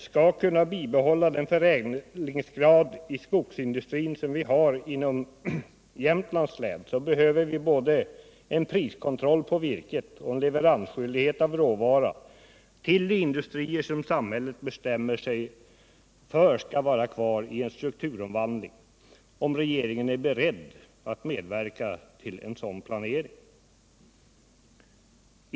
skall kunna bibehålla den förädlingsgrad i skogsindustrin som vi har inom Jämtlands län, så behöver vi både en priskontroll på virket och en leveransskyldighet av råvara till de industrier som samhället bestämmer sig för skall vara kvar i en strukturomvandling — om regeringen är beredd att medverka till en sådan planering.